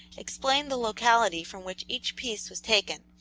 explained the locality from which each piece was taken,